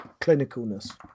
clinicalness